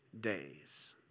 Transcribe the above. days